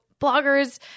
bloggers –